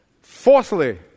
Fourthly